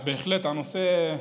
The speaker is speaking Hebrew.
בהחלט, הנושא הוא